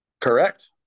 Correct